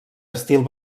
estil